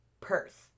purse